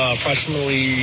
Approximately